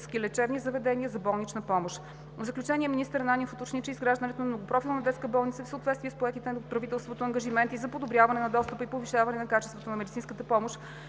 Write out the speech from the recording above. лечебни заведения за болнична помощ. В заключение министър Ананиев уточни, че изграждането на многопрофилна детска болница е в съответствие с поетите от правителството ангажименти за подобряване на достъпа и повишаване на качеството на медицинската помощ,